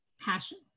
passion